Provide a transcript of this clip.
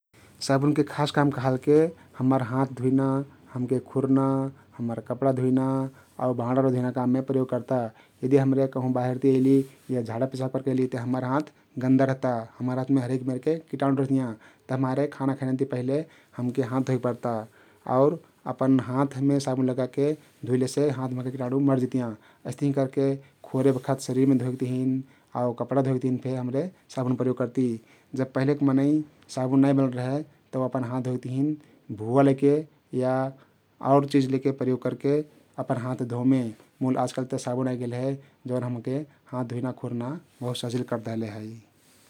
साबुनके खास काम कहलके हम्मर हाथ धुइना, हमके खुर्ना, हम्मर कपडा धुइना आउर भाँडाउँडा धुइना काममे प्रयोग कर्ता । यदि हम्रे कहुँ बाहिर ति अइली या झाडा पिसाब करके अइली त हम्मर हाँथ गन्दा रहता । हम्मर हाँथमे हरेक मेरके किटाणु रहतियाँ तभिमारे खाना खैना ति पहिले हमके हाँथ धोइक पर्ता आउ अपन हाँथमे साबुन लगाके धुइलेसे हाँथ महका किटाणु मरजितियाँ । अइस्तहि करके खोरे बखत शरिरमे धोइक तहिन आउ कपडा धोइक तहिन फे हम्रे साबुन प्रयोग करती । जब पहिलेक मनै साबुन नाई बनल रहे तउ अपन हाँथ धोइक तहिन भुवा लैके या आउ चिझ लैके, प्रयोग करके अपन हाँथ धोमे । मुल आजकाल्ह ते साबुन आइगेल हे जउन हमके हाँथ धुइना खुर्ना बहुत सहजिल करदेहले हइ ।